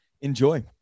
Enjoy